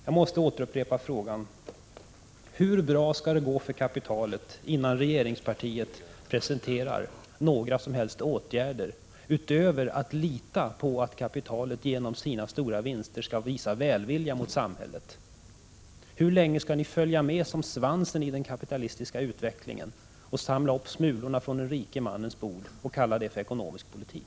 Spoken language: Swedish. Jag måste upprepa frågan: Hur bra skall det gå för kapitalet innan regeringspartiet presenterar några som helst åtgärder utöver att lita på att kapitalet genom sina stora vinster skall visa välvilja mot samhället? Hur länge skall ni följa med som svansen i den kapitalistiska utvecklingen och samla upp smulorna från den rike mannens bord och kalla detta för ekonomisk politik?